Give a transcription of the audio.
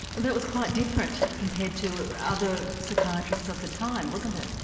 that was quite different compared to other psychiatrists of the time, wasn't it.